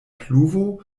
pluvo